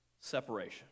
separation